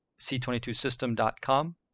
C22System.com